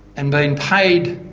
and been paid,